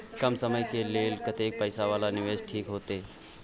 कम समय के लेल कतेक पैसा वाला निवेश ठीक होते?